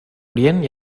orient